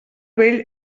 vell